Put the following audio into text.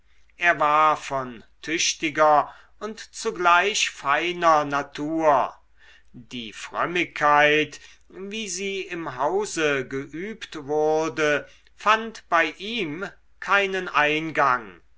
er war von tüchtiger und zugleich feiner natur die frömmigkeit wie sie im hause geübt wurde fand bei ihm keinen eingang